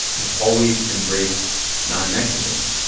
has always embraced non-mexicans.